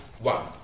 one